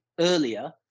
earlier